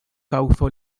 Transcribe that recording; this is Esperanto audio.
kaŭzo